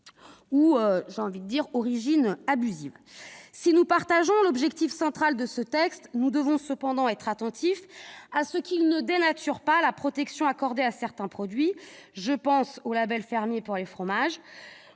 indications abusives d'origines. Si nous partageons l'objectif central de ce texte, nous devons cependant veiller à ce qu'il ne dénature pas la protection accordée à certains produits ; je pense au label fermier pour les fromages.